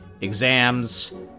exams